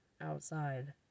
outside